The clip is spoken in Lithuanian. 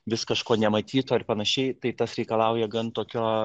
vis kažko nematyto ir panašiai tai tas reikalauja gan tokio